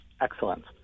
excellent